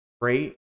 great